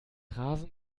rasen